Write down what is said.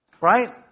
Right